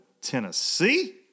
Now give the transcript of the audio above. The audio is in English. Tennessee